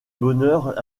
bonheurs